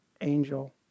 angel